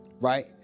right